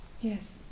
Yes